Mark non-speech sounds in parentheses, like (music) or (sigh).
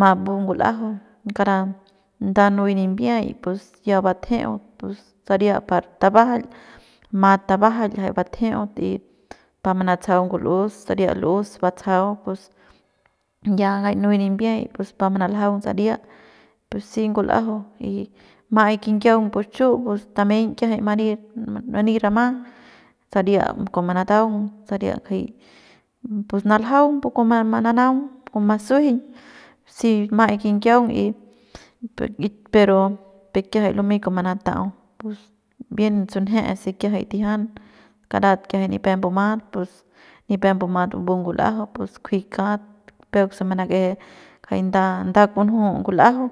ma mbu ngul'ajau kara nda nuy nimbiay pus ya batjeu pus saria pa tabajail mat tabajail jay batjeut y pamanatsajau ngul'us saria l'us batsajau pus ya jay nu'uy nimbiay pus pa manaljaung saria pues si ngul'ajau y ma'ai kinyiaung pus chu pus tameiñ kiajay many many rama saria kua manataung saria ngajay naljaung pu kua mananaung (noise) kua masuejeiñ si ma'ai kinyiaung y y pero kiajay jay lumey kua manatau pus bien sunje se kiajay tijian karat kiajay nipep mbumat pus nipep mbumat mbubu ngul'ajau pus kujui kat peuk se manakeje jay nda nda kunju ngul'ajau.